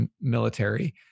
military